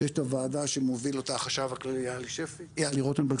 יש את הוועדה שמוביל אותה החשב הכללי יהלי רוטנברג,